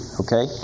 okay